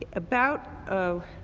ah about, oh,